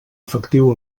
efectiu